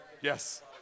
Yes